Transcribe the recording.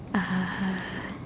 uh